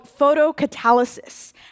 photocatalysis